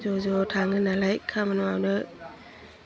ज' ज' थाङो नालाय खामानि मावनो